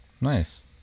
Nice